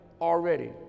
already